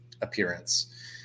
appearance